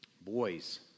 Boys